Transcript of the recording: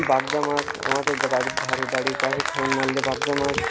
বাগদা মাছ আমাদের বাড়ির ধারে বাড়ির পাশে খাবল মারলে বাগদা মাছ